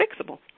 fixable